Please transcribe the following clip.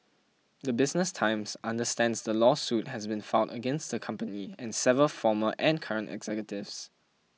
the Business Times understands the lawsuit has been filed against the company and seven former and current executives